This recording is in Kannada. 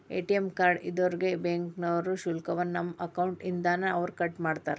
ಎ.ಟಿ.ಎಂ ಕಾರ್ಡ್ ಇದ್ದೋರ್ಗೆ ಬ್ಯಾಂಕ್ನೋರು ಶುಲ್ಕವನ್ನ ನಮ್ಮ ಅಕೌಂಟ್ ಇಂದಾನ ಅವ್ರ ಕಟ್ಮಾಡ್ತಾರ